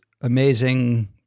amazing